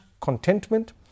contentment